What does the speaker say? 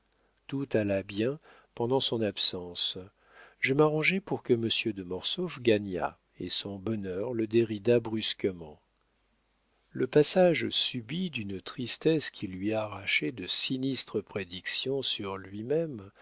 tout alla bien pendant son absence je m'arrangeai pour que monsieur de mortsauf gagnât et son bonheur le dérida brusquement le passage subit d'une tristesse qui lui arrachait de sinistres prédictions sur lui-même